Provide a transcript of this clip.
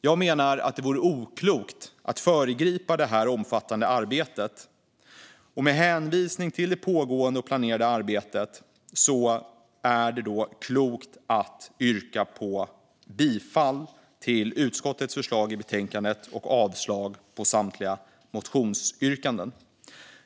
Jag menar att det vore oklokt att föregripa det här omfattande arbetet, och med hänvisning till det pågående och planerade arbetet är det klokt att yrka bifall till utskottets förslag i betänkandet och avslag på samtliga motionsyrkanden.